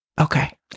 Okay